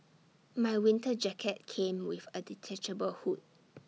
my winter jacket came with A detachable hood